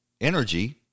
energy